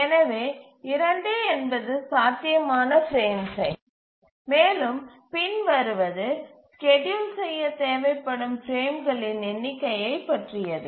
எனவே 2 என்பது சாத்தியமான பிரேம் சைஸ் மேலும் பின்வருவது ஸ்கேட்யூல் செய்ய தேவைப்படும் பிரேம்களின் எண்ணிக்கையைப் பற்றியது